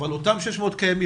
אבל אותם 600 קיימים,